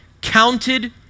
counted